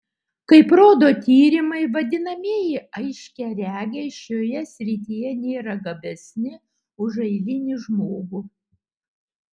kaip rodo tyrimai vadinamieji aiškiaregiai šioje srityje nėra gabesni už eilinį žmogų